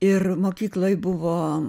ir mokykloj buvo